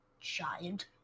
giant